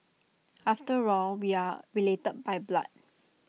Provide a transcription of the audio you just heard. after all we are related by blood